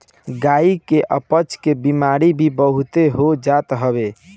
गाई के अपच के बेमारी भी बहुते हो जात हवे